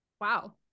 Wow